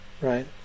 Right